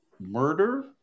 murder